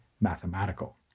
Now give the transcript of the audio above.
mathematical